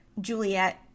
Juliet